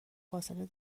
فاصله